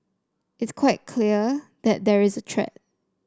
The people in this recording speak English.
it's quite clear that there is a threat